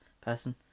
person